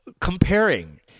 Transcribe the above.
comparing